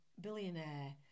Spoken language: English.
billionaire